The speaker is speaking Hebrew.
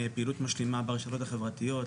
פעילות משלימה ברשתות חברתיות,